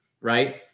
right